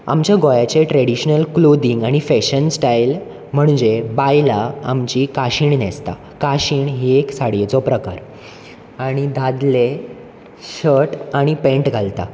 आमच्या गोंयाचे traditional clothing आनी फॅशन स्टायल म्हणजे बायलां आमचीं काशीण न्हेसता काशीण ही एक साडयेचो प्रकार आनी दादले शर्ट आनी पेंट घालता